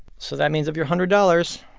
so that means of your hundred dollars,